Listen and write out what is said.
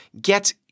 get